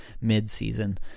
mid-season